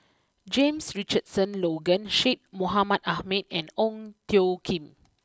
James Richardson Logan Syed Mohamed Ahmed and Ong Tjoe Kim